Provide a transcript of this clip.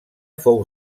fou